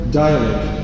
dialogue